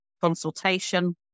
consultation